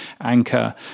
anchor